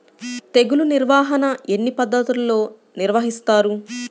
తెగులు నిర్వాహణ ఎన్ని పద్ధతుల్లో నిర్వహిస్తారు?